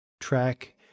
track